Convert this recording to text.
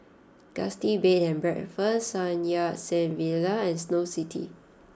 Gusti Bed and Breakfast Sun Yat Sen Villa and Snow City